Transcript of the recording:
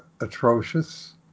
atrocious